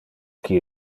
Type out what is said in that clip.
qui